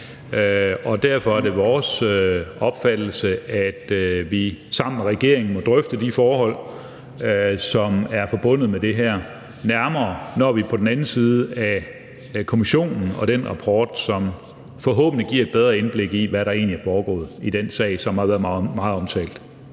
derfor er det vores opfattelse, at vi sammen med regeringen må drøfte de forhold, som er forbundet med det her, nærmere, når vi er på den anden side af kommissionen og den rapport, som forhåbentlig giver et bedre indblik i, hvad der egentlig er foregået i den sag, som har været meget omtalt.